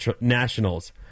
Nationals